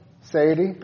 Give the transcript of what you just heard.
Sadie